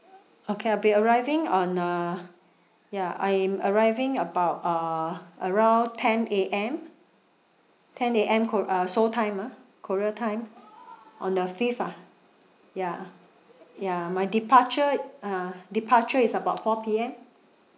okay I'll be arriving on uh ya I'm arriving about uh around ten A_M ten A_M kor~ uh seoul time ah korea time on the fifth ah ya ya my departure uh departure is about four P_M